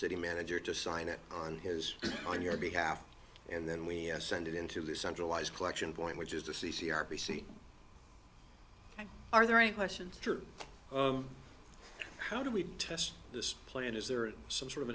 city manager to sign it on his on your behalf and then we send it into the centralized collection point which is the c c r p c are there any questions how do we test this plant is there some sort of